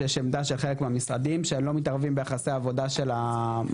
שיש עמדה שחלק מהמשרדים שהם לא מתערבים ביחסי עבודה של המפעילים,